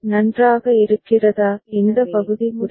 நன்றாக இருக்கிறதா இந்த பகுதி புரிந்து கொள்ளப்பட்டதா